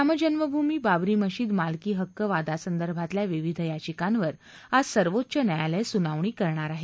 राम जन्मभूमी बाबरी मशीद मालकी हक्क वादासंदर्भातल्या विविध याचिकांवर आज सर्वोच्च न्यायालय सुनावणी करणार आहे